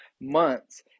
months